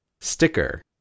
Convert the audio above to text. sticker